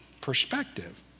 perspective